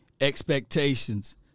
expectations